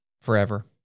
forever